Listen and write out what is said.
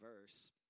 verse